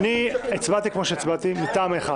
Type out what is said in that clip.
אני הצבעתי כמו שהצבעתי מטעם אחד